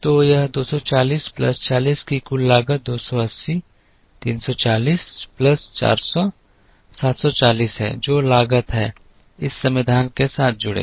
तो यह 240 प्लस 40 की कुल लागत 280 340 प्लस 400 740 है जो लागत है इस समाधान के साथ जुड़े